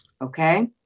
okay